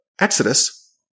Exodus